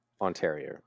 Ontario